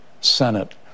Senate